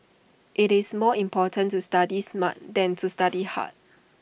IT is more important to study smart than to study hard